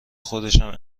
خودشم